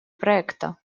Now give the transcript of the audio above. проекта